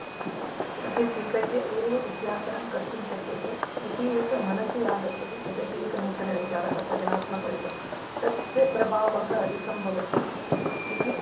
अपि स्वीकृत्य एव विज्ञापनं कर्तुं शक्यते इति एकं मनसि आगच्छति तदपि एकनूतनविचारः सृजनात्मकमिव तस्य प्रभावः अधिकं भवति इति